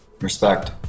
respect